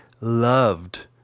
loved